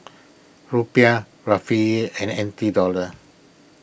Rupiah Rufiyaa and N T Dollars